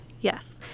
Yes